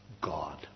God